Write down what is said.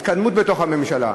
התקדמות בתוך הממשלה,